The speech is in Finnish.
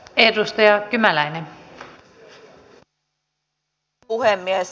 arvoisa rouva puhemies